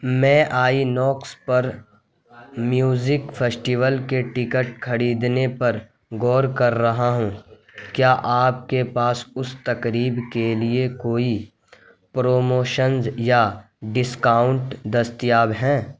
میں Inox پر music festival کے ٹکٹ خریدنے پر گور کر رہا ہوں کیا آپ کے پاس اس تقریب کے لیے کوئی پروموشنز یا ڈسکاؤنٹ دستیاب ہیں